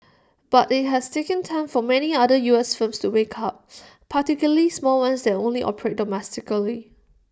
but IT has taken time for many other U S firms to wake up particularly small ones that only operate domestically